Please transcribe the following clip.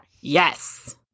Yes